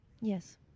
yes